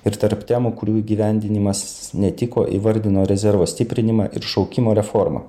ir tarp temų kurių įgyvendinimas netiko įvardino rezervo stiprinimą ir šaukimo reformą